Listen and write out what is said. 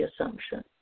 assumption